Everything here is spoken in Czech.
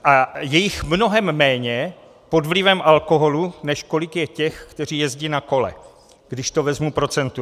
A je jich mnohem méně pod vlivem alkoholu, než kolik je těch, kteří jezdí na kolech, když to vezmu procentuálně.